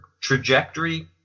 trajectory